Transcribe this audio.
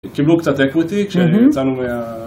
קיבלו קצת equity כשיצאנו מה...